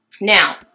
now